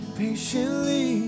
patiently